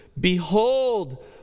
Behold